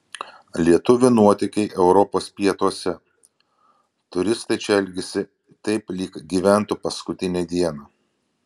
lietuvių nuotykiai europos pietuose turistai čia elgiasi taip lyg gyventų paskutinę dieną